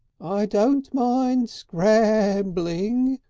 i don't mind scrambling,